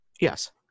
Yes